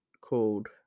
called